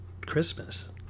christmas